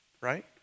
right